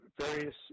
various